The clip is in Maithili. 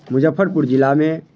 मुजफ्फरपुर जिलामे